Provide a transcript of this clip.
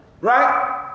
Right